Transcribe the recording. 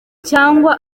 cyangwa